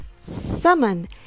Summon